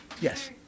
Yes